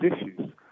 issues